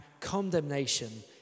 condemnation